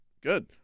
Good